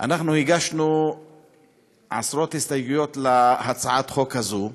הגשנו עשרות הסתייגויות להצעת החוק הזאת.